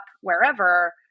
wherever